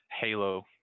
Halo